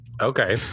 Okay